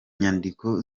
nyandiko